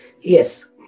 Yes